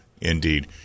indeed